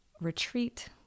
retreat